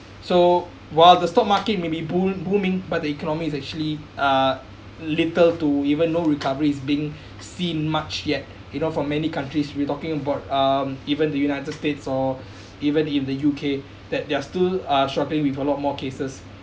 so while the stock market maybe bull booming but the economy is actually uh little to even though recovery is being seen much yet you know for many countries we're talking about um even the united states or even in the U_K that there still are uh shocking with a lot more cases